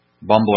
bumble